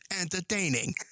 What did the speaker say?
entertaining